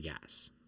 gas